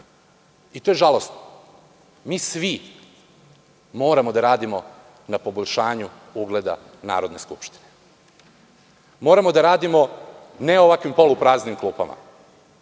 To je žalosno. Mi svi moramo da radimo na poboljšanju ugleda Narodne skupštine. Moramo da radimo ne u ovakvo polupraznim klupama.